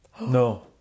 No